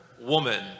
woman